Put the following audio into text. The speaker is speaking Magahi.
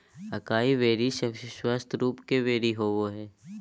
अकाई बेर्री सबसे स्वस्थ रूप के बेरी होबय हइ